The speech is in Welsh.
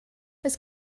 oes